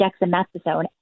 dexamethasone